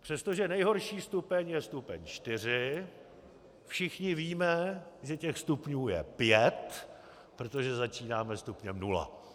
Přestože nejhorší stupeň je stupeň 4, všichni víme, že stupňů je pět, protože začínáme stupněm nula.